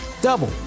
double